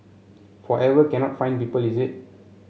forever cannot find people is it